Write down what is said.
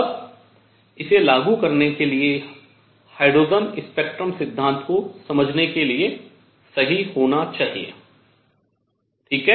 अब इसे लागू करने के लिए हाइड्रोजन स्पेक्ट्रम सिद्धांत को समझाने के लिए सही होना चाहिए ठीक है